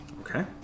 Okay